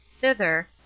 thither